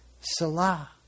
Salah